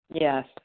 Yes